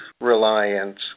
Reliance